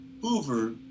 Hoover